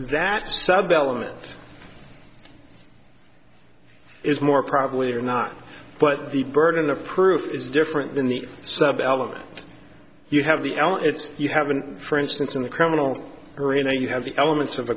that sub element is more probably or not but the burden of proof is different than the sub element you have the l if you have an for instance in the criminal arena you have the elements of